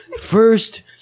First